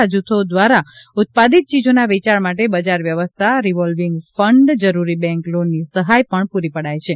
આ જુથો દ્વારા ઉત્પાદિત ચીજોના વેચાણ માટે બજાર વ્યવસ્થા રીવોલ્વિગ ફંડ જરૂરી બેન્ક લોનની સહાય પણ પૂરી પડાય છે